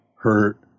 hurt